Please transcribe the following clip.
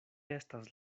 estas